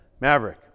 Maverick